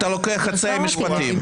אתה לוקח חצאי משפטים,